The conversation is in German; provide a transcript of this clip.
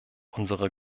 unserer